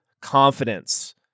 confidence